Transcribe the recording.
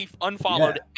unfollowed